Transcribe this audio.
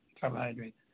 carbohydrates